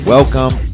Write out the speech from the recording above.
Welcome